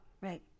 right